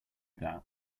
that